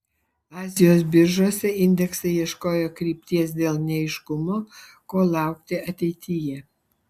azijos biržose indeksai ieškojo krypties dėl neaiškumo ko laukti ateityje